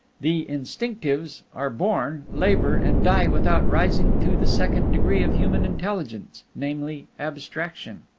the instinctives are born, labor, and die without rising to the second degree of human intelligence, namely abstraction.